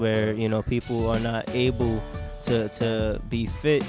where you know people are not able to be fit